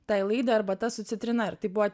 tai laidai arbata su citrina ir tai buvo